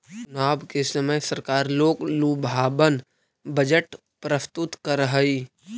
चुनाव के समय सरकार लोकलुभावन बजट प्रस्तुत करऽ हई